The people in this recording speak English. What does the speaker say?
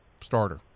starter